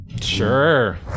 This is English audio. Sure